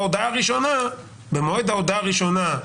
שבמועד ההודעה הראשונה,